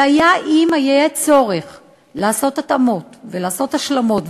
והיה אם יהיה צורך לעשות התאמות ולעשות השלמות,